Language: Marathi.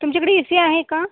तुमच्याकडे ए सी आहे का